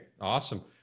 Awesome